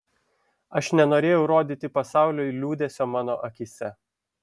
aš nenorėjau rodyti pasauliui liūdesio mano akyse